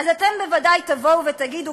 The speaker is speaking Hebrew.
אז אתם בוודאי תבואו ותגידו,